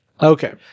Okay